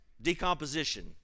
decomposition